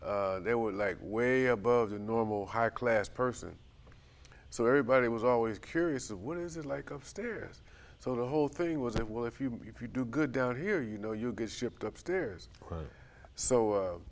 they were like way above the normal high class person so everybody was always curious of what is it like of stairs so the whole thing was that well if you do good down here you know you get shipped up stairs so